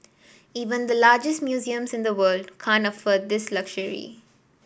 even the largest museums in the world can't afford this luxury